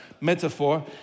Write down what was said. metaphor